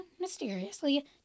mysteriously